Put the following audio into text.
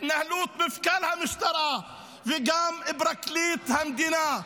התנהלות מפכ"ל המשטרה וגם פרקליט המדינה,